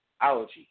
allergy